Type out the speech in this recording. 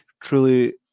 truly